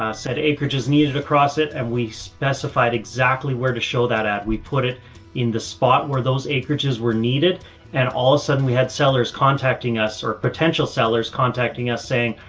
ah said acreage is needed across it and we specified exactly where to show that at. we put it in the spot where those acreages were needed and all of a sudden we had sellers contacting us or potential sellers contacting us saying,